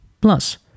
Plus